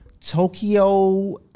Tokyo